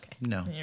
No